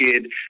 kid